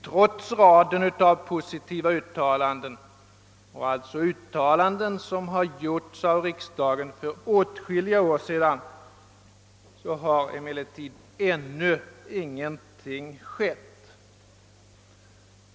Trots raden av positiva uttalanden — och alltså uttalanden som gjorts av riksdagen för åtskilliga år sedan — har det ännu inte hänt någonting.